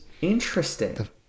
interesting